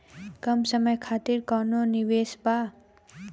कम समय खातिर कौनो निवेश बा?